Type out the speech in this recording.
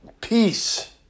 peace